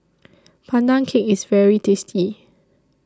Pandan Cake IS very tasty